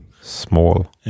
small